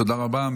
תודה רבה.